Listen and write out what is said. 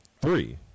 three